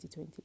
2020